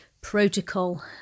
protocol